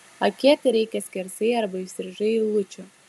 akėti reikia skersai arba įstrižai eilučių